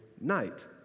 night